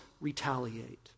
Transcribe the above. retaliate